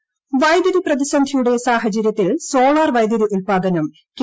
B ് intro വൈദ്യുതി പ്രതിസന്ധിയുടെ സാഹചര്യത്തിൽ സോളാർ വൈദ്യുതി ഉൽപാദനം കെ